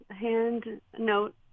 hand-note